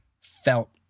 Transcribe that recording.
felt